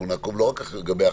אנחנו נעקוב לא רק אחרי ההחלטות,